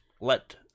let